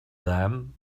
them